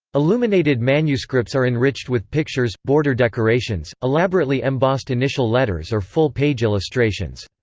illuminated manuscripts are enriched with pictures, border decorations, elaborately embossed initial letters or full-page illustrations.